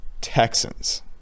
Texans